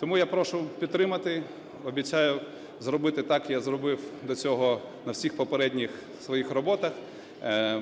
Тому я прошу підтримати. Обіцяю зробити так, як зробив до цього на всіх попередніх своїх роботах.